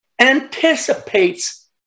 anticipates